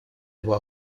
его